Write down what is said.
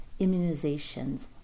immunizations